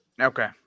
Okay